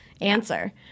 answer